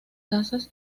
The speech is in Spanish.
casas